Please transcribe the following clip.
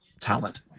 talent